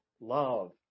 love